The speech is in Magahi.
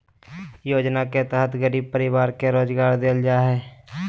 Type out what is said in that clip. योजना के तहत गरीब परिवार के रोजगार देल जा हइ